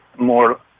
more